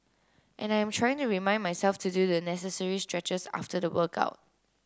and I am trying to remind myself to do the necessary stretches after the workout